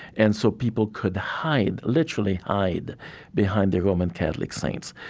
and so people could hide, literally hide behind the roman catholic saints.